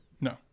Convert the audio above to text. No